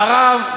אחריו,